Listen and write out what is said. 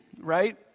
Right